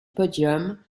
podium